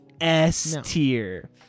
s-tier